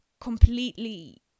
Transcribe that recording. completely